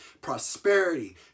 Prosperity